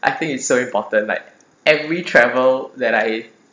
I think it's so important like every travel that I